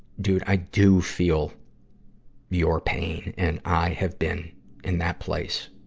dude, i do feel your pain. and i have been in that place.